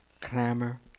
clamor